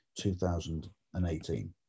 2018